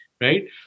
right